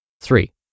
Three